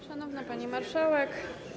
Szanowna Pani Marszałek!